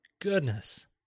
goodness